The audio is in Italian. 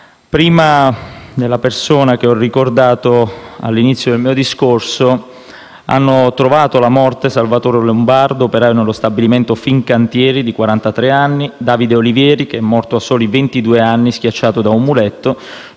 Prima della persona che ho ricordato all'inizio del mio discorso, hanno trovato la morte Salvatore Lombardo, operaio nello stabilimento Fincantieri, di 43 anni; Davide Olivieri, che è morto a soli 22 anni, schiacciato da un muletto;